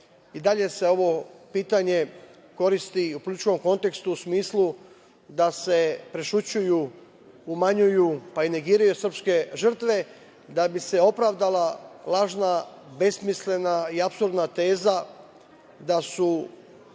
i dalje se ovo pitanje koristi u političkom kontekstu, u smislu da se prećutkuju, umanjuju, pa i negiraju srpske žrtve da bi se opravdala lažna, besmislena i apsurdna teza da su